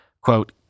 Quote